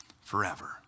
forever